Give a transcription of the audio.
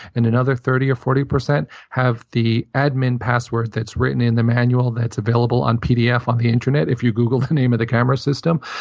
and another thirty percent or forty percent have the admin password that's written in the manual that's available on pdf on the internet, if you google the name of the camera system.